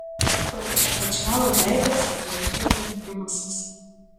pajutę kad šąla veidas darykite grimasas